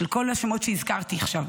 של כל השמות שהזכרתי עכשיו,